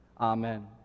Amen